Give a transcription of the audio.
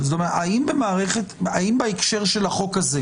זה עניין שעלול להשפיע לך ומאפשר לרשות המקומית להודיע.